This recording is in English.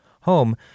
home